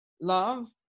Love